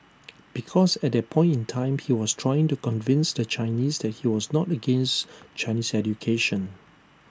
because at that point in time he was trying to convince the Chinese that he was not against Chinese education